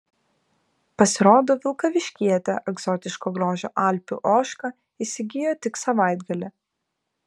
pasirodo vilkaviškietė egzotiško grožio alpių ožką įsigijo tik savaitgalį